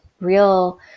real